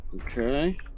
Okay